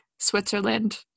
switzerland